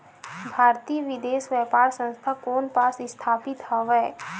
भारतीय विदेश व्यापार संस्था कोन पास स्थापित हवएं?